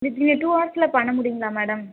with இன்னும் two ஹவர்ஸில் பண்ண முடியுங்களா மேடம்